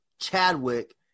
Chadwick